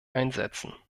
einsetzen